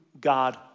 God